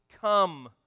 come